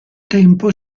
tempo